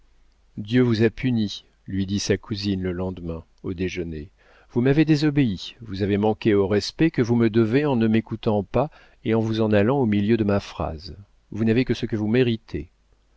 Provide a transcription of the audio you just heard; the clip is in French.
dieu vous a punie lui dit sa cousine le lendemain au déjeuner vous m'avez désobéi vous avez manqué au respect que vous me devez en ne m'écoutant pas et en vous en allant au milieu de ma phrase vous n'avez que ce que vous méritez